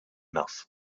enough